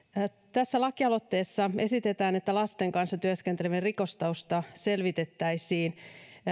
tässä lakialoitteessa esitetään että lasten kanssa työskentelevien rikostausta selvitettäisiin